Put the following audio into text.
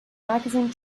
magazine